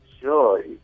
sure